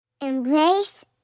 Embrace